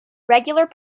regular